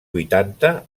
vuitanta